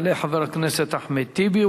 יעלה חבר הכנסת אחמד טיבי.